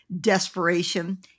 desperation